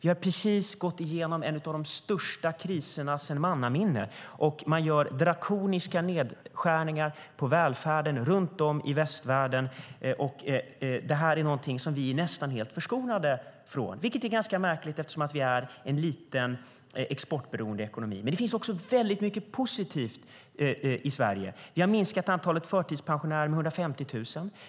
Vi har precis gått igenom en av de största kriserna i mannaminne, och man gör drakoniska nedskärningar på välfärden runt om i västvärlden. Det är någonting vi är nästan helt förskonade ifrån, vilket är ganska märkligt eftersom vi är en liten exportberoende ekonomi. Det finns också väldigt mycket positivt i Sverige. Vi har minskat antalet förtidspensionärer med 150 000.